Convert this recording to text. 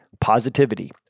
positivity